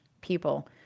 people